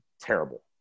terrible